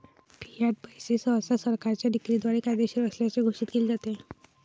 Fiat पैसे सहसा सरकारच्या डिक्रीद्वारे कायदेशीर असल्याचे घोषित केले जाते